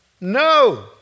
No